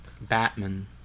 Batman